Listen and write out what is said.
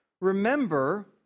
remember